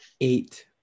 eight